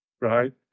right